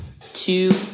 two